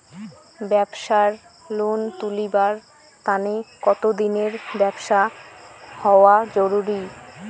ব্যাবসার লোন তুলিবার তানে কতদিনের ব্যবসা হওয়া জরুরি?